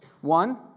One